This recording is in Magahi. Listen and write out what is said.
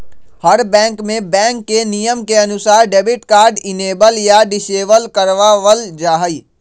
हर बैंक में बैंक के नियम के अनुसार डेबिट कार्ड इनेबल या डिसेबल करवा वल जाहई